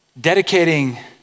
dedicating